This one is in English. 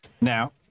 Now